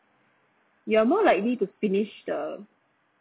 you're more likely to finish the